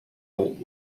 old